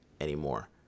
anymore